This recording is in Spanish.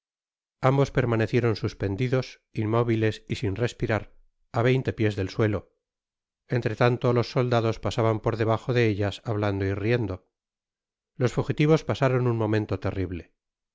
ambos permanecieron suspendidos inmóviles y sin respirar á veinte piés del suelo entre tanto los soldados pasaban por debajo de ellas hablando y riendo los fugitivos pasaron un momento terrible